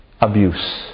Abuse